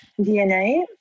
DNA